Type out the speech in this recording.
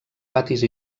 patis